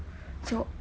so